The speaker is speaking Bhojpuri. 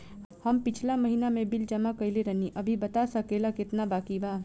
हम पिछला महीना में बिल जमा कइले रनि अभी बता सकेला केतना बाकि बा?